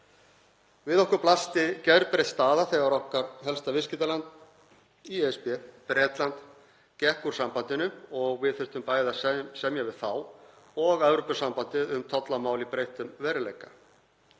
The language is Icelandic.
Við okkur blasti gerbreytt staða þegar okkar helsta viðskiptaland í ESB, Bretland, gekk úr sambandinu og við þurftum bæði að semja við þá og Evrópusambandið um tollamál í breyttum veruleika.